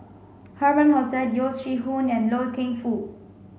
Herman Hochstadt Yeo Shih Yun and Loy Keng Foo